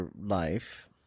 life